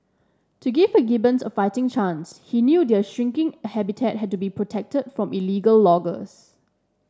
to give the Gibbons a fighting chance he knew their shrinking habitat had to be protected from illegal loggers